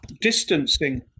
distancing